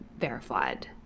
verified